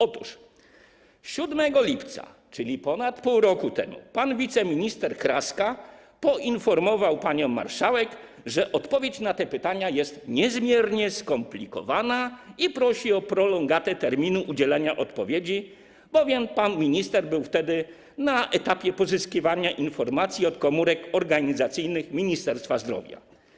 Otóż 7 lipca, czyli ponad pół roku temu, pan wiceminister Kraska poinformował panią marszałek, że odpowiedź na te pytania jest niezmiernie skomplikowana, i poprosił o prolongatę terminu udzielenia odpowiedzi, bowiem pan minister był wtedy na etapie pozyskiwania informacji od komórek organizacyjnych Ministerstwa Zdrowia.